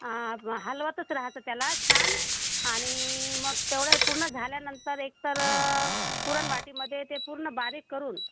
हलवतच रहायचं त्याला छान आणि मग तेवढं पूर्ण झाल्यानंतर एक तर पुरण वाटीमधे ते पूर्ण बारीक करून